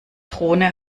drohne